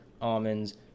almonds